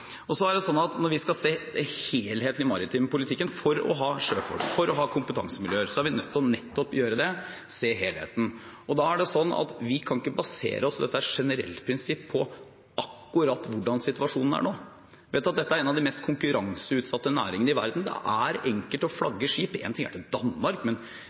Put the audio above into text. Når vi skal se på den helhetlige maritime politikken for å ha sjøfolk, for å ha kompetansemiljøer, er vi nødt til å gjøre det – se helheten. Da kan vi ikke basere oss på et generelt prinsipp, på hvordan situasjonen er akkurat nå. Dette er en av de mest konkurranseutsatte næringene i verden. Det er enkelt å flagge skip – en ting er til Danmark, men